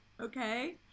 okay